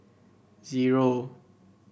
zero